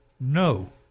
no